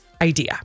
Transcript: idea